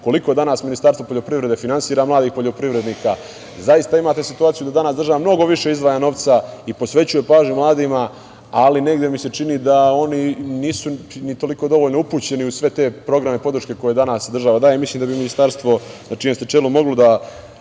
koliko danas Ministarstvo poljoprivrede finansira mladih poljoprivrednika. Zaista, imate situaciju da danas država mnogo više izdvaja novca i posvećuje pažnju mladima, ali negde mi se čini da oni nisu ni toliko dovoljno upućeni u sve te programe podrške koje danas država daje. Mislim da bi Ministarstvo na čijem ste čelu moglo da